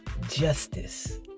justice